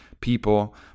people